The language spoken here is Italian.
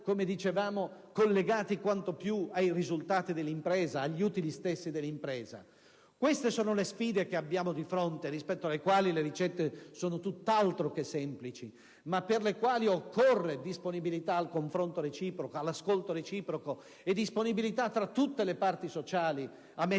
come dicevo - quanto più ai risultati e agli utili stessi dell'impresa? Queste sono le sfide che abbiamo di fronte, rispetto alle quali le ricette sono tutt'altro che semplici, ma per le quali occorre disponibilità al confronto reciproco, all'ascolto reciproco e disponibilità di tutte le parti sociali a mettersi in